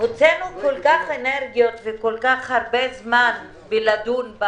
הוצאנו כל כך הרבה אנרגיות וכל כך הרבה זמן בדיון על